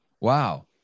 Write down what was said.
Wow